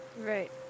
Right